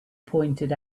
pointed